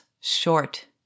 short